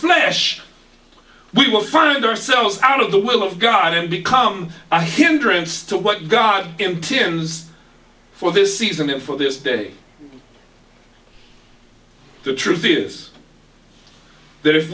flesh we will find ourselves out of the will of god and become a hindrance to what god intends for this season and for this day the truth is that if